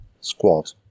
Squad